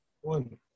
one